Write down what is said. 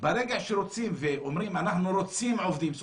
ברגע שרוצים ואומרים: אנחנו רוצים עובדים סוציאליים,